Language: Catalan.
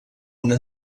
una